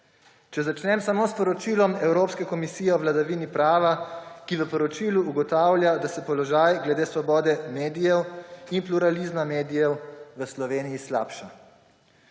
Če začnem samo s poročilom Evropske komisije o vladavini prava, ki v poročilu ugotavlja, da se položaj glede svobode medijev in pluralizma medijev v Sloveniji slabša.